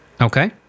Okay